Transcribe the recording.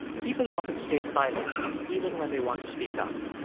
people often stay silent even when they want to speak up.